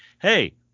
hey